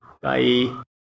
Bye